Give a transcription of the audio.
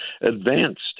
Advanced